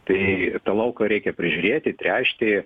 tai tą lauką reikia prižiūrėti tręšti